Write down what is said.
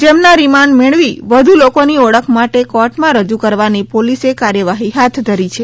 જેમના રિમાન્ડ મેળવી વધુ લોકોની ઓળખ માટે કોર્ટમાં રજૂ કરવાની પોલીસે કાર્યવાહી હાથ ધરી છે